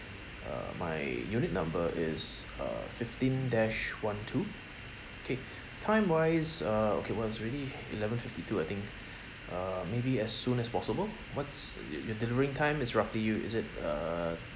uh my unit number is uh fifteen dash one two K time wise uh okay well it's already eleven fifty two I think uh maybe as soon as possible what's y~ your delivering time is roughly you is it err